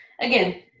Again